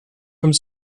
comme